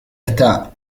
está